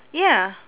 ya